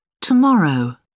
Tomorrow